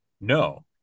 No